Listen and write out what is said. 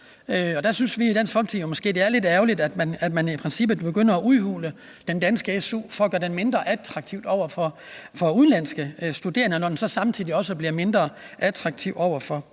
Der synes vi i Dansk Folkeparti at det måske er lidt ærgerligt, at man i princippet begynder at udhule den danske SU for at gøre den mindre attraktiv for udenlandske studerende, når den så samtidig også bliver mindre attraktiv for